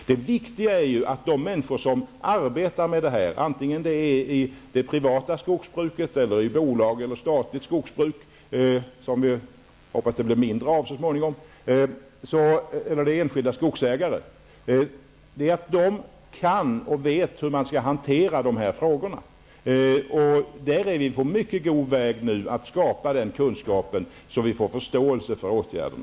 Det viktiga är ju att de människor som arbetar med detta kan och vet hur man skall hantera dessa frågor, och det gäller vare sig det är fråga om anställda i det privata skogsbruket, i bolag, i statligt skogsbruk -- som vi hoppas att det blir mindre av så småningom -- eller enskilda skogsägare. Vi är nu på mycket god väg att ge människor kunskap om detta, och därmed kan vi få förståelse för våra åtgärder.